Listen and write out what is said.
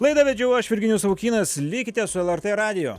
laidą vedžiau aš virginijus savukynas likite su lrt radiju